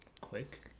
quick